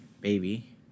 baby